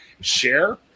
share